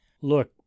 Look